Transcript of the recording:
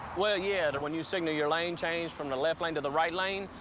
well, yeah, when you signal your lane change from the left lane to the right lane,